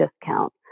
discount